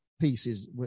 pieces